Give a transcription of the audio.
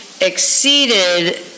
exceeded